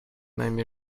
нами